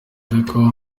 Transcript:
ariko